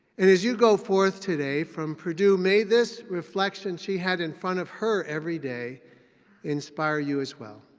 and as you go forth today from purdue, may this reflection she had in front of her every day inspire you, as well.